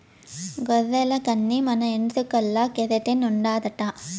గొర్రెల కన్ని మన ఎంట్రుకల్ల కెరటిన్ ఉండాదట